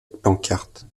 pancarte